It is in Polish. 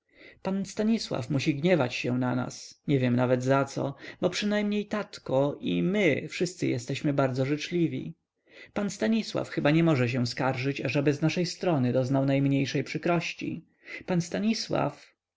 pan stanisław musi gniewać się na nas nie wiem nawet zaco bo przynajmniej tatko i my wszyscy jesteśmy bardzo życzliwi pan stanisław chyba nie może się skarżyć ażeby z naszej strony doznał najmniejszej przykrości pan stanisław